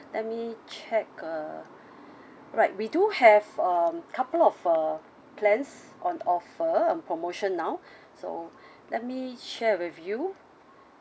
let me check uh right we do have um couple of uh plans on offer on promotion now so let me share with you